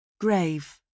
Grave